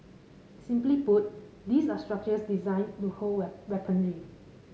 simply put these are structures designed to hold weaponry